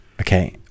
Okay